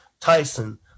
Tyson